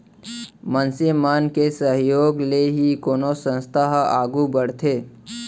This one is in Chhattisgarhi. मनसे मन के सहयोग ले ही कोनो संस्था ह आघू बड़थे